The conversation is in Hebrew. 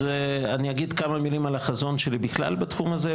ואני אגיד כמה מלים על החזון שלי בכלל בתחום הזה,